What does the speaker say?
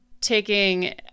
taking